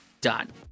done